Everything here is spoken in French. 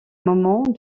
moment